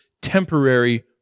temporary